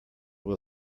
will